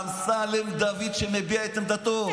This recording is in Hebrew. אמסלם דוד שמביע את עמדתו.